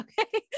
Okay